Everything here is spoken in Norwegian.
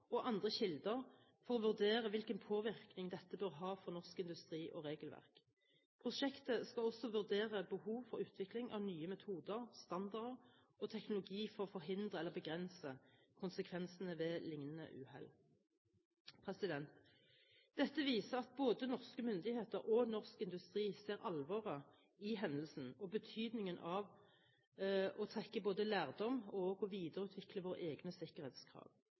og andre kilder for å vurdere hvilken påvirkning dette bør ha for norsk industri og for norsk regelverk. Prosjektet skal også vurdere behov for utvikling av nye metoder, standarder og teknologi for å forhindre eller begrense konsekvensene av liknende uhell. Dette viser at både norske myndigheter og norsk industri ser alvoret i hendelsen og betydningen av både å trekke lærdom og videreutvikle våre egne sikkerhetskrav.